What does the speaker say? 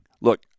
Look